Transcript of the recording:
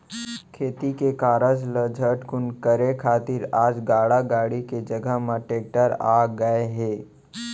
खेती के कारज ल झटकुन करे खातिर आज गाड़ा गाड़ी के जघा म टेक्टर आ गए हे